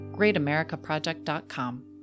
greatamericaproject.com